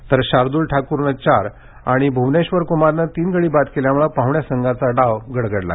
तर शार्द्रल ठाकूरन चार आणि भुवनेश्वर कुमारनं तीन गडी बाद केल्यामुळ पाहुण्या संघाचा डाव गडगडला